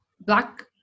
black